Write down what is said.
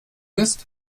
ist